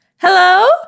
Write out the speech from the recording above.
Hello